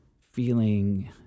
feeling